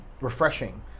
refreshing